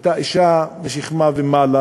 היא הייתה אישה משכמה ומעלה,